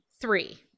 three